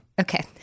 Okay